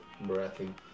breathing